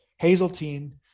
Hazeltine